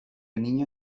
niña